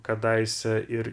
kadaise ir